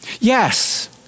Yes